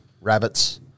Rabbits